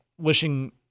wishing